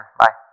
bye